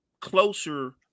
closer